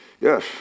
Yes